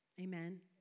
Amen